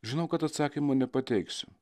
žinau kad atsakymo nepateiksiu